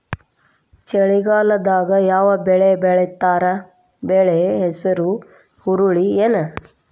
ಚಳಿಗಾಲದಾಗ್ ಯಾವ್ ಬೆಳಿ ಬೆಳಿತಾರ, ಬೆಳಿ ಹೆಸರು ಹುರುಳಿ ಏನ್?